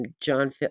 John